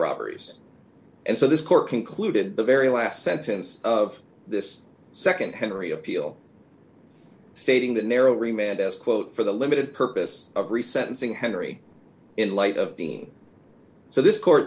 robberies and so this court concluded the very last sentence of this nd henry appeal stating the narrow remit as quote for the limited purpose of re sentencing henery in light of dean so this court